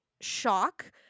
shock